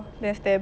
then